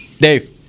Dave